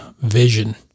vision